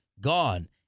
gone